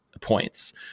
points